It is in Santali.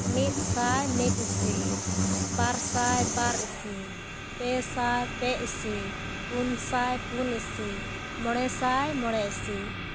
ᱢᱤᱫ ᱥᱟᱭ ᱢᱤᱫ ᱤᱥᱤ ᱵᱟᱨ ᱥᱟᱭ ᱵᱟᱨ ᱤᱥᱤ ᱯᱮ ᱥᱟᱭ ᱯᱮ ᱤᱥᱤ ᱯᱩᱱ ᱥᱟᱭ ᱯᱩᱱ ᱤᱥᱤ ᱢᱚᱬᱮ ᱥᱟᱭ ᱢᱚᱬᱮ ᱤᱥᱤ